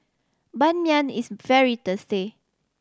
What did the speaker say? Ban Mian is very tasty